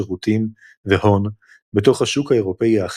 שירותים והון בתוך השוק האירופי האחיד,